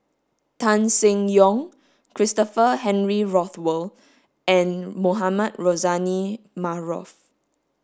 Tan Seng Yong Christopher Henry Rothwell and Mohamed Rozani Maarof